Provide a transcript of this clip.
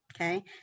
okay